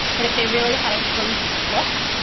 that if they really had a close look,